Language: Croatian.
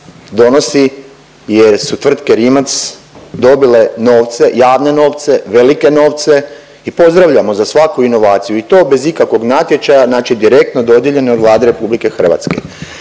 donosi jer su tvrtke Rimac dobile novce, javne novce, velike novce i pozdravljamo za svaku inovaciju i to bez ikakvog natječaja, znači direktno dodijeljeno Vladi RH. Moje pitanje